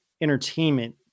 entertainment